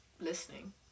listening